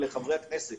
ולחברי הכנסת,